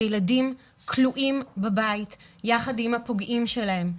שילדים כלואים בבית יחד עם הפוגעים שלהם,